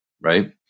right